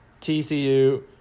TCU